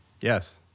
yes